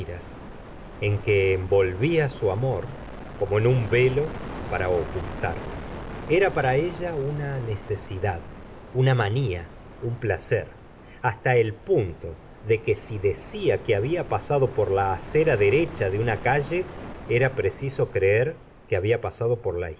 en que envolvía su amor como en un velo para ocultarlo era para ella una necesidad una m anía un placer hasta el punto de que si decía que había pasado por la acera derecha de una calle era preciso creer que habla pasado por la